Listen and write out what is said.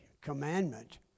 commandment